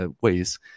ways